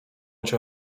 cię